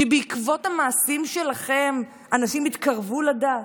שבעקבות המעשים שלכם אנשים יתקרבו לדת?